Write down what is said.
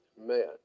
man